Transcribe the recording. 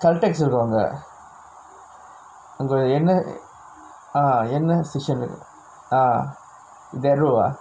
Caltex இருக்கு அங்க அங்க எண்ணை:irukku angga angga ennai ah எண்ணை:ennai station ah that road ah